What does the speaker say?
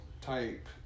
type